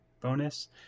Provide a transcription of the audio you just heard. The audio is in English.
bonus